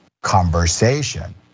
conversation